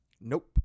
Nope